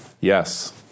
Yes